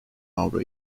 avro